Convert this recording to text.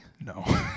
No